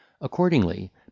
Accordingly